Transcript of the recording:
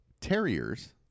terriers